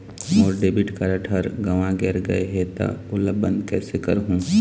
मोर debit card हर गंवा गैर गए हे त ओला बंद कइसे करहूं?